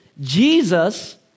Jesus